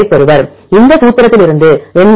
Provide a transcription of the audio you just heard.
யைப் பெறுவார் இந்த சூத்திரத்திலிருந்து எம்